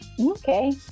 Okay